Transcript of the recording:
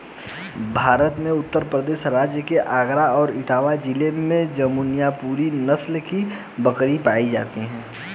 भारत में उत्तर प्रदेश राज्य के आगरा और इटावा जिले में जमुनापुरी नस्ल की बकरी पाई जाती है